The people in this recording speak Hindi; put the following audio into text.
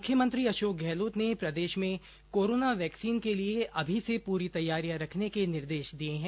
मुख्यमंत्री अशोक गहलोत ने प्रदेश में कोरोना वैक्सीन के लिये अभी से पूरी तैयारियां रखने के निर्देश दिए हैं